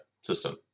system